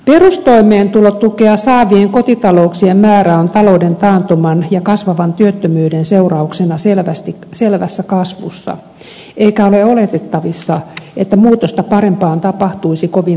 perustoimeentulotukea saavien kotitalouksien määrä on talouden taantuman ja kasvavan työttömyyden seurauksena selvässä kasvussa eikä ole oletettavissa että muutosta parempaan tapahtuisi kovin nopeasti